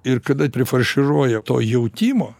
ir kada prifarširuoja to jautimo